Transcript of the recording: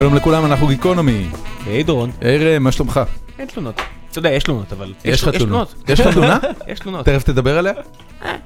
שלום לכולם אנחנו גיקונומי היי דרון היי רם, מה שלומך? אין תלונות אתה יודע יש תלונות אבל יש לך תלונות יש לך תלונות? יש תלונות תיכף תדבר עליה